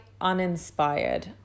uninspired